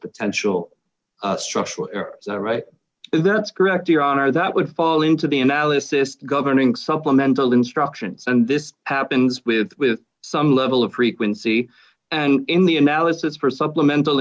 potential structural that's correct your honor that would fall into the analysis governing supplemental instructions and this happens with with some level of frequency and in the analysis for supplemental